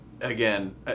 again